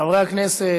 חברת הכנסת